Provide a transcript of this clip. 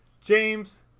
James